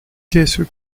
qu’est